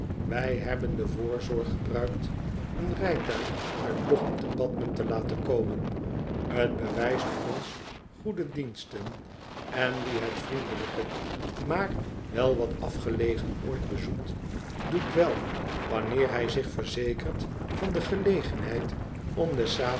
wij hebben de voorzorg gebruikt een rijtuig uit lochem te bathmen te laten komen t bewijst ons goede diensten en wie het vriendelijke maar wel wat afgelegen oord bezoekt doet wel wanneer hij zich verzekert van de gelegenheid om des